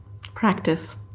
Practice